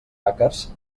hackers